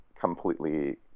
completely